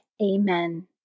Amen